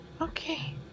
okay